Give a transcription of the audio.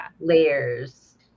layers